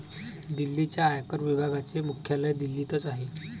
दिल्लीच्या आयकर विभागाचे मुख्यालय दिल्लीतच आहे